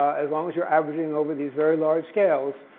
as long as you're averaging over these very large scales,